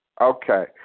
Okay